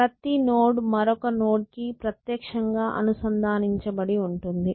ప్రతి నోడ్ మరొక నోడ్ కి ప్రత్యక్షం గా అనుసంధానించబడి ఉంటుంది